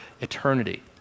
eternity